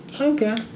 Okay